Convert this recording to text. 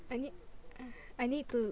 I need I need to